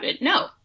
no